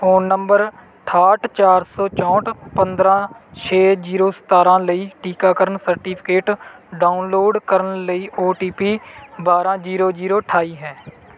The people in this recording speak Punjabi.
ਫ਼ੋਨ ਨੰਬਰ ਅਠਾਹਠ ਚਾਰ ਸੌ ਚੌਂਹਠ ਪੰਦਰ੍ਹਾਂ ਛੇ ਜੀਰੋ ਸਤਾਰ੍ਹਾਂ ਲਈ ਟੀਕਾਕਰਨ ਸਰਟੀਫਿਕੇਟ ਡਾਊਨਲੋਡ ਕਰਨ ਲਈ ਔ ਟੀ ਪੀ ਬਾਰ੍ਹਾਂ ਜੀਰੋ ਜੀਰੋ ਅਠਾਈ ਹੈ